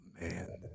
Man